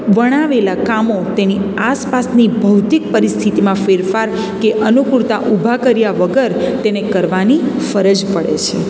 વર્ણવેલા કામો તેની આસપાસની ભૌતિક પરિસ્થિતિમાં ફેરફાર કે અનુકૂળતા ઊભા કર્યા વગર તેને કરવાની ફરજ પડે છે